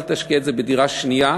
אל תשקיע את זה בדירה שנייה.